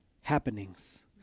happenings